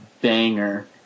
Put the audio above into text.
banger